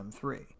M3